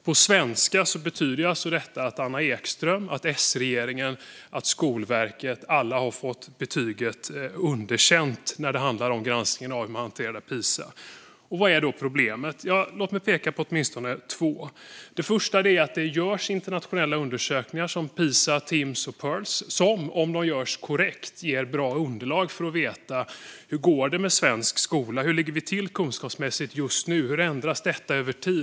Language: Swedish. På svenska betyder detta att Anna Ekström, S-regeringen och Skolverket alla har fått betyget underkänt i granskningen av hur man hanterat Pisa. Vad är då problemen? Låt mig peka på åtminstone två. Det första är att det görs internationella undersökningar som Pisa, Timms och Pirls som, om de görs korrekt, ger bra underlag för att få veta hur det går med svensk skola. Hur ligger vi till kunskapsmässigt just nu, och hur ändras detta över tid?